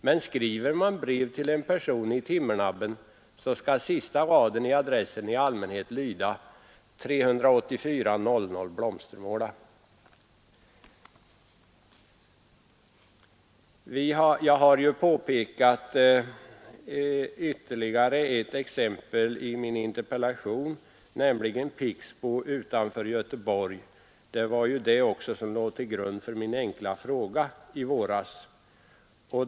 Men skriver man brev till en person i Timmernabben, då skall sista raden i adressen i allmänhet lyda 384 00 BLOMSTERMÅLA.” Jag har tagit upp ytterligare ett exempel i min interpellation, nämligen Pixbo utanför Göteborg, som också låg till grund för min enkla fråga i våras.